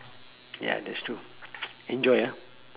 ya that's true enjoy ah